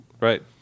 right